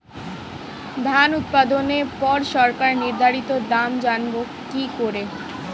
ধান উৎপাদনে পর সরকার নির্ধারিত দাম জানবো কি করে?